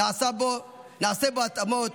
נעשה בו התאמות,